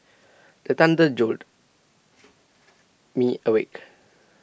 the thunder jolt me awake